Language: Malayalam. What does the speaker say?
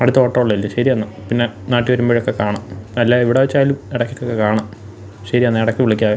അടുത്ത ഓട്ടുള്ളല്ലേ ശരി എന്നാൽ പിന്നെ നാട്ടിൽ വരുമ്പോഴൊക്കെ കാണാം അല്ല എവിടെ വെച്ചായാലും ഇടക്കൊക്കെ കാണാം ശരി എന്നാൽ ഇടക്ക് വിളിക്കാമേ